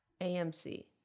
AMC